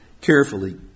carefully